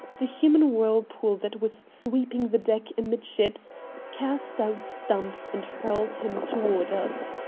the human whirlpool that was sweeping the deck amidships cast out stumps and hurled him toward us.